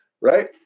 right